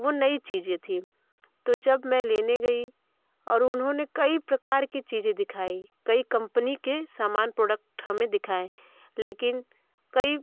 वे नई चीज़ें थी तो जब मैं लेने गई और उन्होंने कई प्रकार की चीज़ें दिखाई कई कम्पनी के सामान प्रोडक्ट हमें दिखाए लेकिन कई